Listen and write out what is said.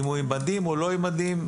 אם הוא עם מדים או לא עם מדים,